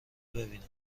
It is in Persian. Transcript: ببینم